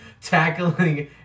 tackling